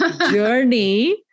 journey